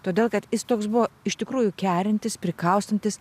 todėl kad jis toks buvo iš tikrųjų kerintis prikaustantis